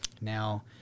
Now